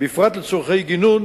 בפרט לצורכי גינון,